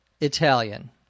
Italian